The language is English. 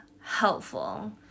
helpful